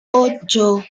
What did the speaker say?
ocho